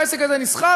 והעסק הזה נסחב,